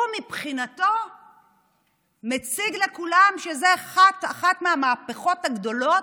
הוא מבחינתו מציג לכולם שזו אחת המהפכות הגדולות,